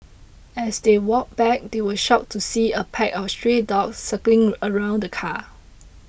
as they walked back they were shocked to see a pack of stray dogs circling around the car